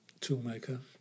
toolmaker